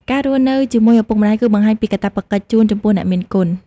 ការរស់នៅជាមួយឪពុកម្តាយ គឺបង្ហាញពីកាតព្វកិច្ចកូនចំពោះអ្នកមានគុណ។